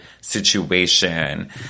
situation